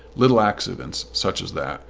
little accidents, such as that,